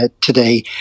today